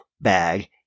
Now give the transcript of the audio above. bag